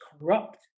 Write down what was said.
corrupt